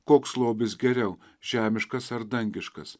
koks lobis geriau žemiškas ar dangiškas